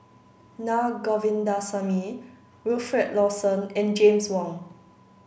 Na Govindasamy Wilfed Lawson and James Wong